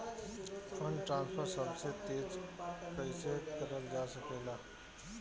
Fund transfer सबसे तेज कइसे करल जा सकेला?